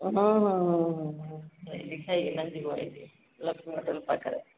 ହଁ ହଁ ହଁ ଯାଇକି ଖାଇକିନା ଯିବ ଏଇି ଲକ୍ଷ୍ମୀ ହୋଟେଲ ପାଖରେ